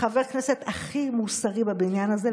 חבר הכנסת הכי מוסרי בבניין הזה.